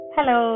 Hello